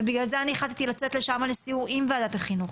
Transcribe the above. ובגלל זה אני החלטתי לצאת לסיור שם עם ועדת החינוך.